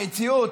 המציאות,